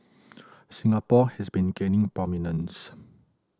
Singapore has been gaining prominence